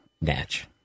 Natch